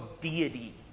deity